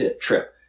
trip